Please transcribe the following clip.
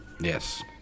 Yes